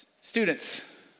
Students